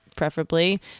preferably